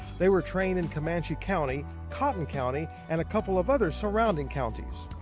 they were trained in comanche county, cotton county and a couple of other surrounding counties.